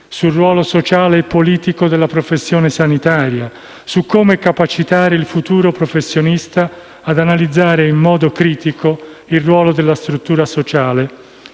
sul ruolo sociale e politico della professione sanitaria, su come capacitare il futuro professionista ad analizzare in modo critico il ruolo che la struttura sociale